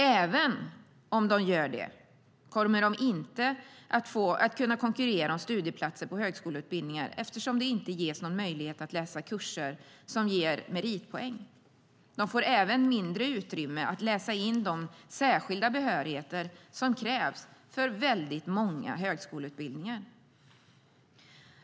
Även om de gör det kommer de inte att kunna konkurrera om studieplatser på högskoleutbildningar, eftersom de inte ges någon möjlighet att läsa kurser som ger meritpoäng. De får även mindre utrymme att läsa in de särskilda behörigheter som krävs för väldigt många högskoleutbildningar.